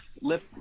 lip